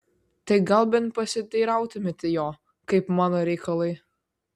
tai gal bent pasiteirautumėte jo kaip mano reikalai